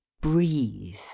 breathe